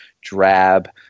drab